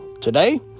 Today